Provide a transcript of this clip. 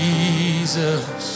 Jesus